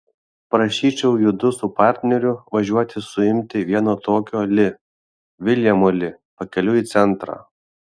prašyčiau judu su partneriu važiuoti suimti vieno tokio li viljamo li pakeliui į centrą